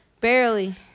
Barely